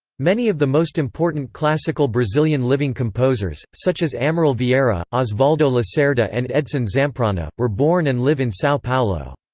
many of the most important classical brazilian living composers, such as amaral vieira, osvaldo lacerda and edson zampronha, were born and live in sao paulo.